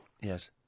Yes